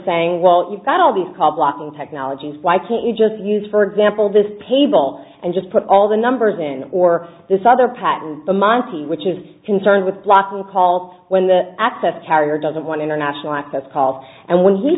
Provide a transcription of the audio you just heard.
saying well you've got all these call blocking technologies why can't you just use for example this paypal and just put all the numbers in or this other patent the monkee which is concerned with blocking call when the access carrier doesn't want international access calls and when he